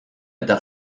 eta